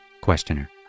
Questioner